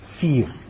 fear